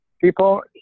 people